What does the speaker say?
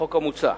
החוק המוצע,